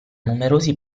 numerosi